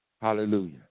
hallelujah